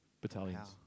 Battalions